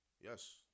Yes